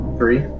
Three